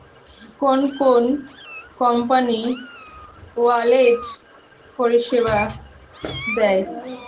কোন কোন company wallet পরিষেবা দেয়?